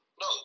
No